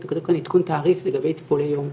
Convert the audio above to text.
אתה כותב כאן עדכון תעריף לגבי טיפולי היום.